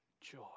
joy